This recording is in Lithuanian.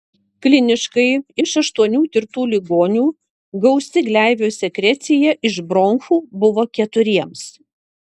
kliniškai iš aštuonių tirtų ligonių gausi gleivių sekrecija iš bronchų buvo keturiems